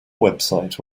website